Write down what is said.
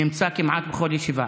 נמצא כמעט בכל ישיבה.